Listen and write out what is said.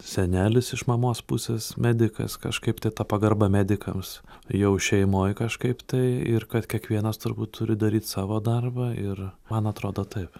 senelis iš mamos pusės medikas kažkaip ta pagarba medikams jau šeimoj kažkaip tai ir kad kiekvienas turbūt turi daryti savo darbą ir man atrodo taip